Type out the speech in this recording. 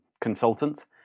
consultant